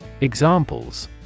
Examples